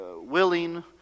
willing